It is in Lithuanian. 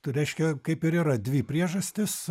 tai reiškia kaip ir yra dvi priežastys